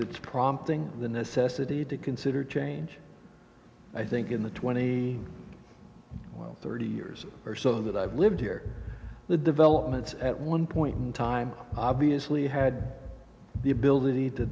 changed prompting the necessity to consider change i think in the twenty thirty years or so that i've lived here the developments at one point in time obviously had the ability to